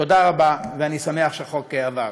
תודה רבה, ואני שמח שהחוק עבר.